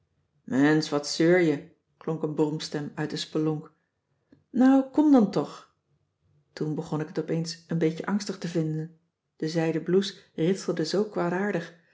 mensch wat zeur je klonk een bromstem uit de spelonk nou kom dan toch toen begon ik het opeens een beetje angstig te vinden de zijden blouse ritselde zoo